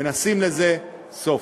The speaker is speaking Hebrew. ונשים לזה סוף.